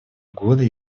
года